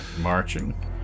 marching